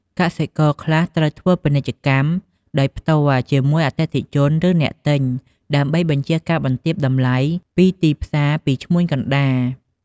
កសិករខ្លះត្រូវធ្វើពាណិជ្ជកម្មដោយផ្ទាល់ជាមួយអតិថិជន ឬអ្នកទិញ ដើម្បីបញ្ជៀសការបន្ទាបតម្លៃពីទីផ្សារពីឈ្មួញកណ្ដាល។